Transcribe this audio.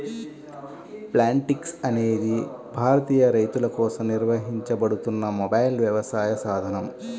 Plantix అనేది భారతీయ రైతులకోసం నిర్వహించబడుతున్న మొబైల్ వ్యవసాయ సాధనం